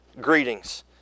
greetings